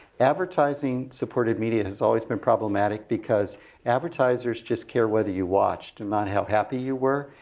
advertising-supported media has always been problematic because advertisers just care whether you watched, and not how happy you were.